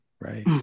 right